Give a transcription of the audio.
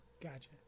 Gotcha